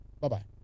Bye-bye